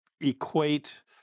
equate